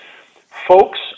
Folks